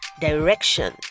direction